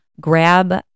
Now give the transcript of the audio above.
grab